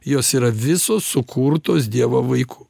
jos yra visos sukurtos dievo vaikų